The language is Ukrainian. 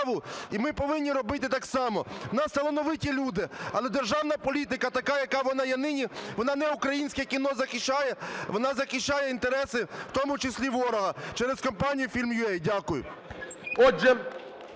і ми повинні робити так само. У нас талановиті люди, але державна політика така, яка вона є нині, вона не українське кіно захищає, вона захищає інтереси, в тому числі ворога через компаніюFILM.UA. Дякую.